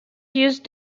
used